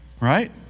right